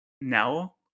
now